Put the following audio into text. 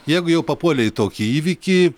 jeigu jau papuolei į tokį įvykį